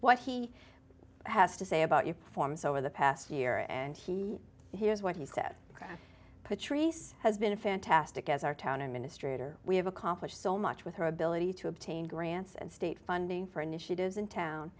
what he has to say about your performance over the past year and he here's what he said ok patrice has been a fantastic as our town and minister we have accomplished so much with her ability to obtain grants and state funding for initiatives in town